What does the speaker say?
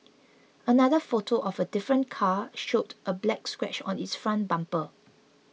another photo of a different car showed a black scratch on its front bumper